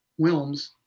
Wilms